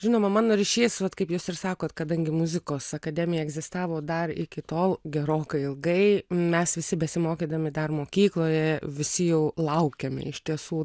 žinoma mano ryšys vat kaip jūs ir sakot kadangi muzikos akademija egzistavo dar iki tol gerokai ilgai mes visi besimokydami dar mokykloje visi jau laukiame iš tiesų